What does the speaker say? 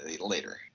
later